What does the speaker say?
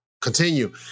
continue